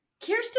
Kirsten